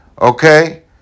Okay